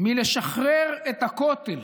מלשחרר את הכותל.